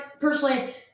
personally